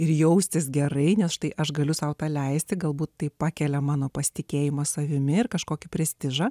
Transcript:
ir jaustis gerai nes štai aš galiu sau paleisti galbūt tai pakelia mano pasitikėjimo savimi ir kažkokį prestižą